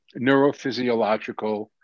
neurophysiological